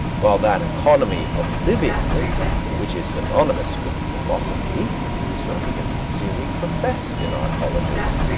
while that economy of living which is synonymous with philosophy is not even sincerely professed in our colleges.